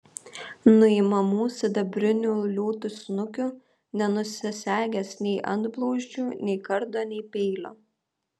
nuimamų sidabrinių liūtų snukių nenusisegęs nei antblauzdžių nei kardo nei peilio